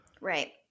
Right